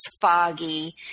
foggy